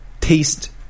taste